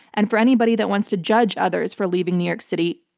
and for anybody that wants to judge others for leaving new york city,